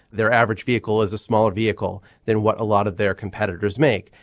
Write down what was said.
their average vehicle is a smaller vehicle than what a lot of their competitors make.